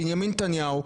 בנימין נתניהו.